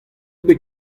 bet